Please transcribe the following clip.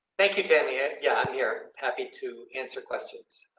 thank you. janet yeah, i'm here. happy to answer questions.